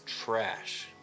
trash